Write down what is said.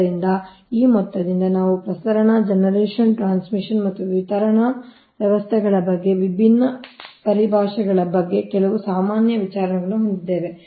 ಆದ್ದರಿಂದ ಈ ಮೊತ್ತದಿಂದ ನಾವು ಪ್ರಸರಣ ಜನರೇಷನ್ ಟ್ರಾನ್ಸ್ಮಿಷನ್ ಮತ್ತು ವಿತರಣಾ ವ್ಯವಸ್ಥೆಗಳ ಬಗ್ಗೆ ವಿಭಿನ್ನ ಪರಿಭಾಷೆಗಳ ಬಗ್ಗೆ ಕೆಲವು ಸಾಮಾನ್ಯ ವಿಚಾರಗಳನ್ನು ಹೊಂದಿದ್ದೇವೆ